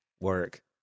work